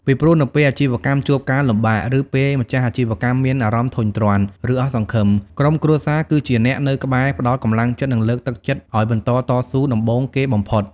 ពីព្រោះ នៅពេលអាជីវកម្មជួបការលំបាក ឬពេលម្ចាស់អាជីវកម្មមានអារម្មណ៍ធុញទ្រាន់ ឬអស់សង្ឃឹម ក្រុមគ្រួសារគឺជាអ្នកនៅក្បែរផ្តល់កម្លាំងចិត្ត និងលើកទឹកចិត្តឲ្យបន្តតស៊ូដំបូងគេបំផុត។